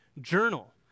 journal